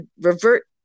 revert